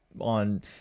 on